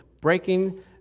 breaking